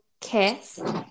kiss